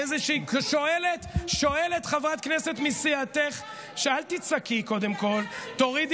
שואלת חברת כנסת מסיעתך, לא מבטלת